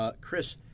Chris